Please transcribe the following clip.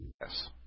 Yes